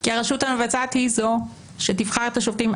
כי הרשות המבצעת היא זו שתבחר את השופטים.